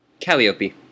Calliope